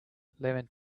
lemon